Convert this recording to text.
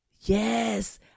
Yes